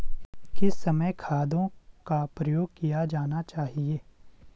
किस समय खादों का प्रयोग किया जाना चाहिए?